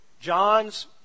John's